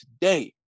today